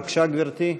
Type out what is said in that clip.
בבקשה, גברתי.